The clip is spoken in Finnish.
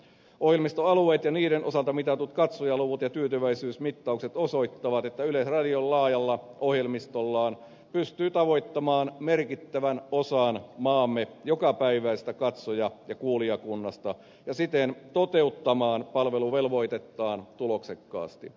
ohjelmistoalueet ja niiden osalta mitatut katsojaluvut ja tyytyväisyysmittaukset osoittavat että yleisradio laajalla ohjelmistollaan pystyy tavoittamaan merkittävän osan maamme jokapäiväisestä katsoja ja kuulijakunnasta ja siten toteuttamaan palveluvelvoitettaan tuloksekkaasti